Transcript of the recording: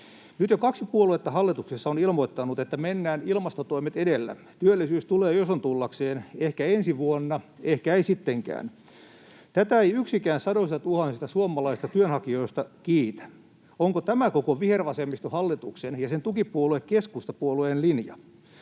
Nyt jo kaksi puoluetta hallituksessa on ilmoittanut, että mennään ilmastotoimet edellä, työllisyys tulee, jos on tullakseen, ehkä ensi vuonna, ehkä ei sittenkään. Tätä ei yksikään sadoistatuhansista suomalaista työnhakijoista kiitä. Onko tämä koko vihervasemmistohallituksen ja sen tukipuolue keskustapuolueen linja?